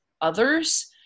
others